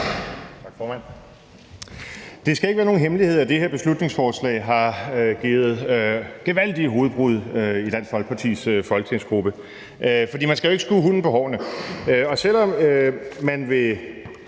Det skal ikke være nogen hemmelighed, at det her beslutningsforslag har givet gevaldige hovedbrud i Dansk Folkepartis folketingsgruppe. For man skal jo ikke skue hunden på hårene. Selv om man ved